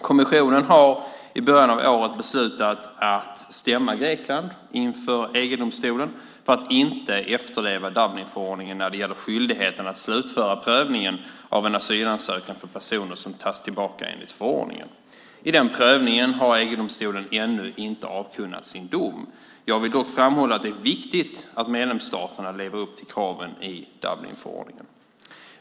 Kommissionen har i början av året beslutat att stämma Grekland inför EG-domstolen för att inte efterleva Dublinförordningen när det gäller skyldigheten att slutföra prövningen av asylansökan för personer som tas tillbaka enligt förordningen. I den prövningen har EG-domstolen ännu inte avkunnat sin dom. Jag vill dock framhålla att det är viktigt att medlemsstaterna lever upp till kraven i Dublinförordningen.